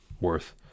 worth